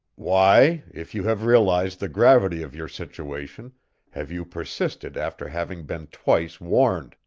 why, if you have realized the gravity of your situation have you persisted after having been twice warned?